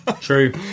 true